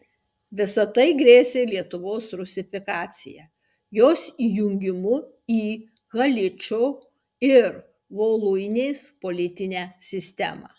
visa tai grėsė lietuvos rusifikacija jos įjungimu į haličo ir voluinės politinę sistemą